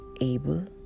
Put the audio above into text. able